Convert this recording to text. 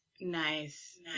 Nice